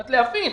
רק להבין,